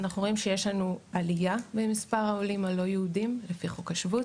אנחנו רואים שיש לנו עלייה במספר העולים הלא יהודים לפי חוק השבות,